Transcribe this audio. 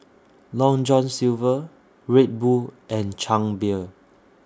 Long John Silver Red Bull and Chang Beer